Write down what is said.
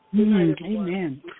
Amen